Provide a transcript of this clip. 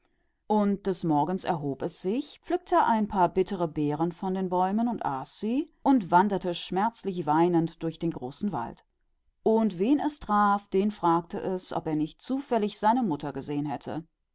und am morgen stand es auf und pflückte bittere beeren von den bäumen und aß sie und ging seinen weg durch den großen wald und weinte und alles was es traf fragte es ob es etwa seine mutter gesehen hätte